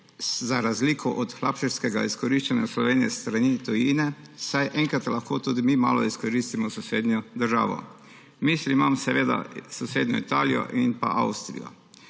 za razliko od hlapčevskega izkoriščanja Slovenije s strani tujine vsaj enkrat lahko tudi mi malo izkoristimo sosednjo državo. V mislih imam seveda sosednji Italijo in Avstrijo.